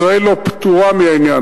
ישראל לא פטורה מהעניין,